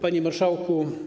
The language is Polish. Panie Marszałku!